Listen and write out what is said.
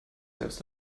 selbst